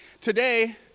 Today